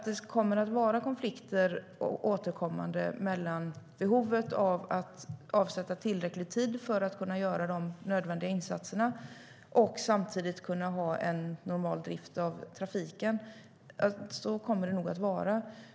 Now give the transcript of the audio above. Det kommer nog att bli återkommande konflikter mellan behovet av att avsätta tillräcklig tid för att kunna göra de nödvändiga insatserna och att ha normal trafikdrift.